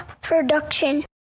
Production